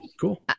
Cool